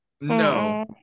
No